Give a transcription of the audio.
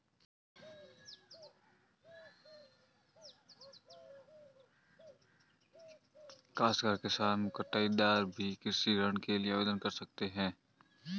काश्तकार किसान और बटाईदार भी कृषि ऋण के लिए आवेदन कर सकते हैं